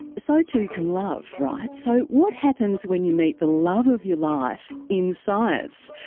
so too can love, right? so what happens when you meet the love of your life in science?